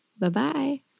Bye-bye